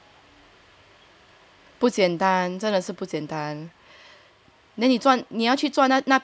不简单真的是不简单